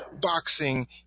boxing